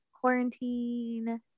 quarantine